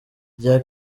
rya